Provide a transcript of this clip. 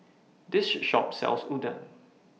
This Shop sells Udon